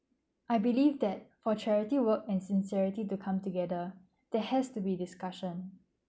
I believed that for charity work and sincerity to come together there has to be discussion